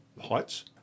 heights